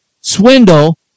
swindle